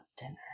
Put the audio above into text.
dinner